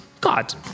God